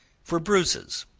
for bruises.